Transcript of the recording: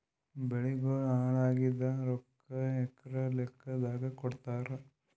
ಬೆಳಿಗೋಳ ಹಾಳಾಗಿದ ರೊಕ್ಕಾ ಎಕರ ಲೆಕ್ಕಾದಾಗ ಕೊಡುತ್ತಾರ?